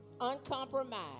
uncompromised